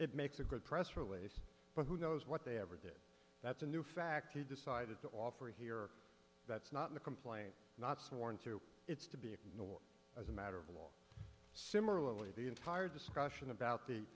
it makes a good press for a waste but who knows what they ever did that's a new fact he decided to offer here that's not in the complaint not sworn to it's as a matter of law similarly the entire discussion about the